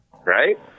Right